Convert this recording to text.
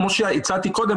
כמו שהצעתי קודם,